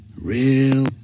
Real